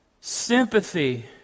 sympathy